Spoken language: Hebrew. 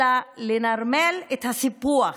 אלא לנרמל את הסיפוח,